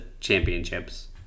championships